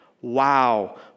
Wow